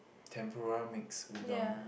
tempura mix udon